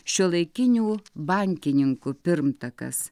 šiuolaikinių bankininkų pirmtakas